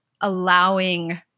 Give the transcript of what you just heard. allowing